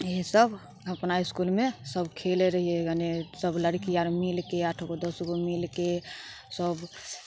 एहि सभ अपना इसकुलमे सभ खेलै रहियै कनि सभ लड़की आर मिलके आठगो दसगो मिलके सभ